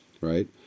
right